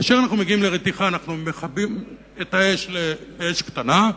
כאשר מגיעים לרתיחה מורידים את האש לאש קטנה,